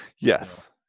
Yes